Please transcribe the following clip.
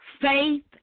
Faith